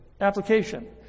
application